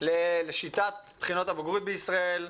על שיטת בחינות הבגרות בישראל,